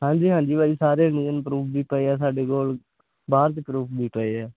ਹਾਂਜੀ ਹਾਂਜੀ ਭਾਜੀ ਸਾਰੇ ਮੇਨ ਪਰੂਫ ਵੀ ਪਏ ਹੈ ਸਾਡੇ ਕੋਲ ਬਾਹਰ ਦੇ ਪਰੂਫ ਵੀ ਪਏ ਹੈ